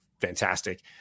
fantastic